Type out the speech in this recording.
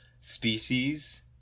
Species